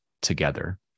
together